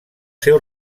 seus